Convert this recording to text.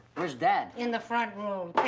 where's dad? in the front room,